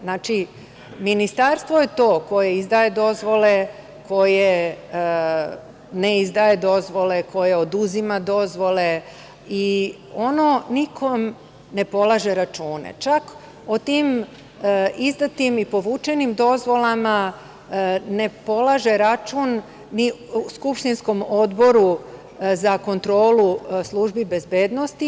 Znači, Ministarstvo je to koje izdaje dozvole, koje ne izdaje dozvole, koje oduzima dozvole i ono nikome ne polaže račune, čak o tim izdati i povučenim dozvolama ne polaže račun ni skupštinskom Odboru za kontrolu službi bezbednosti.